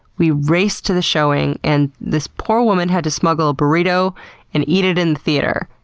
we raced to the showing, and this poor woman had to smuggle a burrito and eat it in the theatre.